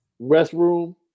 restroom